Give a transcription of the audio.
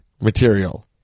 Material